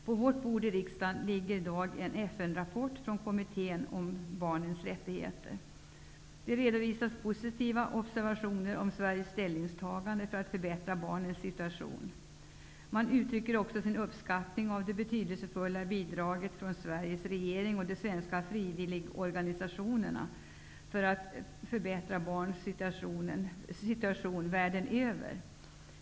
På vårt bord i riksdagen ligger i dag en FN-rapport från kommittén för barnens rättigheter. Där redovisas positiva observationer om Sveriges ställningstagande för att förbättra barnens situation. Man uttrycker också sin uppskattning av det betydelsefulla bidraget från Sveriges regering och de svenska frivilligorganisationerna för att förbättra barns situation världen över.